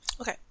Okay